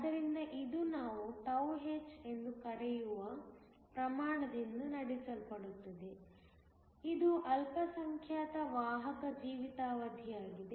ಆದ್ದರಿಂದ ಇದು ನಾವು τh ಎಂದು ಕರೆಯುವ ಪ್ರಮಾಣದಿಂದ ನಡೆಸಲ್ಪಡುತ್ತದೆ ಇದು ಅಲ್ಪಸಂಖ್ಯಾತ ವಾಹಕ ಜೀವಿತಾವಧಿಯಾಗಿದೆ